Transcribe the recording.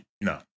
No